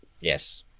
Yes